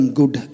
good